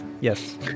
yes